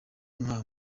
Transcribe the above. nka